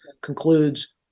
concludes